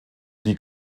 die